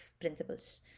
principles